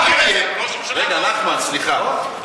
ראש הממשלה, רגע, נחמן, סליחה.